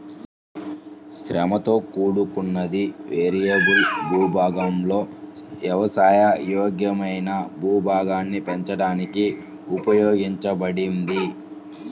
శ్రమతో కూడుకున్నది, వేరియబుల్ భూభాగాలలో వ్యవసాయ యోగ్యమైన భూభాగాన్ని పెంచడానికి ఉపయోగించబడింది